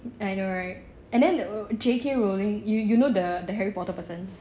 I know right and then the J_K rowling you know the harry potter person